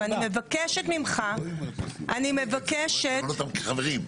ואני מבקשת ממך --- למנות אותם כחברים ממש?